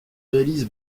réalise